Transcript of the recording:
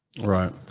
Right